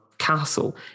Castle